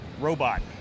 robot